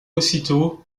aussitôt